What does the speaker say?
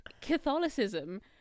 catholicism